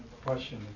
question